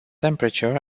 temperature